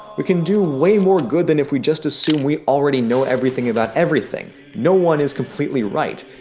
we can do way more good than if we just assume we already know everything about everything. no one is completely right.